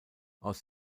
aus